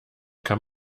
kann